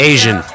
Asian